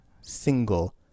single